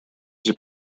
эти